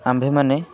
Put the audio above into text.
ଆମ୍ଭେମାନେ